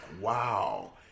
wow